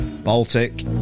Baltic